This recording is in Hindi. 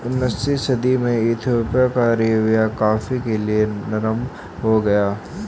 उन्नीसवीं सदी में इथोपिया का रवैया कॉफ़ी के लिए नरम हो गया